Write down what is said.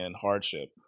hardship